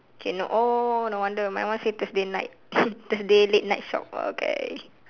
okay no oh no wonder my one say thursday night thursday late night shop okay